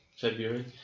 February